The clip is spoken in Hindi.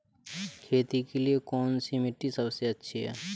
खेती के लिए कौन सी मिट्टी सबसे अच्छी है?